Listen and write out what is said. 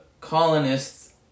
colonists